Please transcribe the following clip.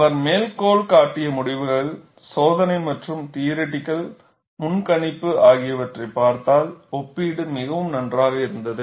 அவர் மேற்கோள் காட்டிய முடிவுகள் சோதனை மற்றும் தியோரிட்டிகள் முன்கணிப்பு ஆகியவற்றைப் பார்த்தால் ஒப்பீடு மிகவும் நன்றாக இருந்தது